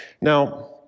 Now